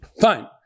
Fine